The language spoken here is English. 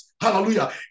hallelujah